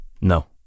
No